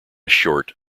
short